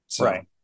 right